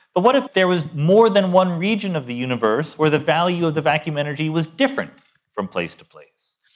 but what if there was more than one region of the universe where the value of the vacuum energy was different from place to place?